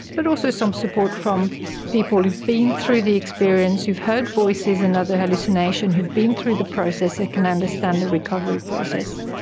but also some support from people who have been through the experience, who have heard voices and other hallucinations, who have been through the process and can understand the recovery process.